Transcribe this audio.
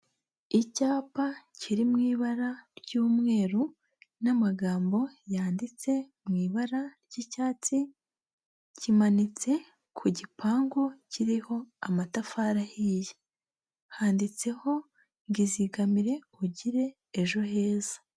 Icyapa kiri mu ibara ry'umweru n'amagambo yanditse mu ibara ry'icyatsi, kimanitse ku gipangu kiriho amatafari ahiye, handitseho ngo izigamire ugire ejo heza.